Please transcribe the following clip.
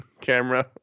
camera